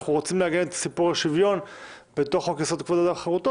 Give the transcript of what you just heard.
אנחנו רוצים לעגן את סיפור השוויון בתוך חוק יסוד: כבוד האדם וחירותו.